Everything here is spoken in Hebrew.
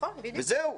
וזהו,